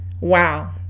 wow